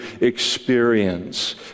experience